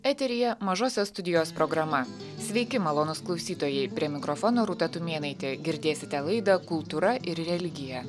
eteryje mažosios studijos programa sveiki malonūs klausytojai prie mikrofono rūta tumėnaitė girdėsite laidą kultūra ir religija